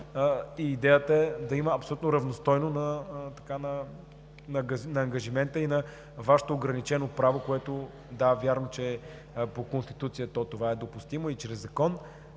Идеята е да има абсолютна равностойност на ангажимента и на Вашето ограничено право. Да, вярно, че по Конституция това е допустимо и чрез закон,